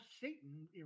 Satan